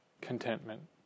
Contentment